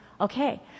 Okay